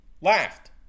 laughed